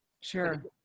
Sure